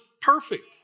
perfect